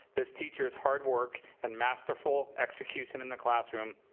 this teacher's hard work and masterful execution in the classroom,